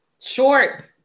short